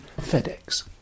FedEx